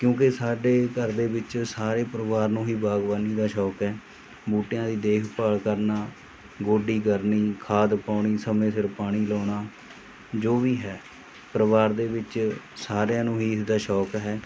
ਕਿਉਂਕਿ ਸਾਡੇ ਘਰ ਦੇ ਵਿੱਚ ਸਾਰੇ ਪਰਿਵਾਰ ਨੂੰ ਹੀ ਬਾਗਬਾਨੀ ਦਾ ਸ਼ੌਂਕ ਹੈ ਬੂਟਿਆਂ ਦੀ ਦੇਖ ਭਾਲ ਕਰਨਾ ਗੋਡੀ ਕਰਨੀ ਖਾਦ ਪਾਉਣੀ ਸਮੇਂ ਸਿਰ ਪਾਣੀ ਲਾਉਣਾ ਜੋ ਵੀ ਹੈ ਪਰਿਵਾਰ ਦੇ ਵਿੱਚ ਸਾਰਿਆਂ ਨੂੰ ਹੀ ਇਸ ਦਾ ਸ਼ੌਂਕ ਹੈ